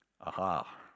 Aha